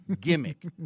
gimmick